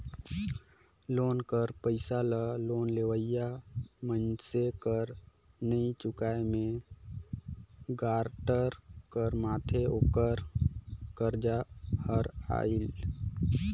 loan कर पइसा ल लोन लेवइया मइनसे कर नी चुकाए में गारंटर कर माथे ओकर करजा हर आएल